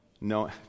No